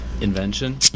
invention